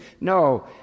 No